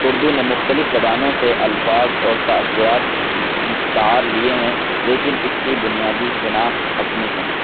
اردو نے مختلف زبانوں سے الفاظ اور تاثرات مستعار لیے ہیں لیکن اس کی بنیادی شناخت اپنی ہے